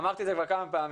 אמרתי כבר כמה פעמים,